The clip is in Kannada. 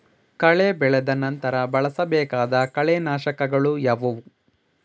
ಕಳೆ ಬೆಳೆದ ನಂತರ ಬಳಸಬೇಕಾದ ಕಳೆನಾಶಕಗಳು ಯಾವುವು?